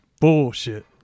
Bullshit